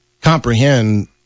comprehend